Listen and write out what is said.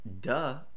duh